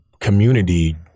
community